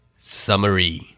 Summary